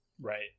Right